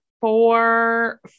four